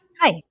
Hi